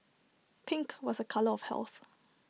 pink was A colour of health